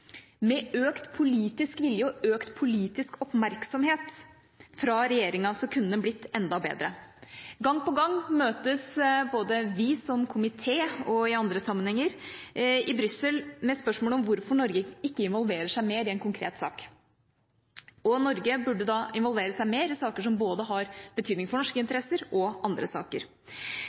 Med økt politisk vilje og økt politisk oppmerksomhet fra regjeringa kunne det blitt enda bedre. Gang på gang møtes vi både som komité og i andre sammenhenger i Brussel med spørsmål om hvorfor Norge ikke involverer seg mer i en konkret sak. Norge burde involvere seg mer i saker som har betydning for både norske interesser og andre saker.